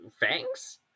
Thanks